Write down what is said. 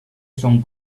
son